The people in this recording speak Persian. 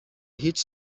هیچ